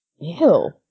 Ew